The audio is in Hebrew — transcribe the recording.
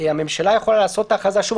הממשלה יכולה לעשות הכרזה שוב,